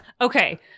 Okay